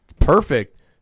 perfect